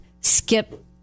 skip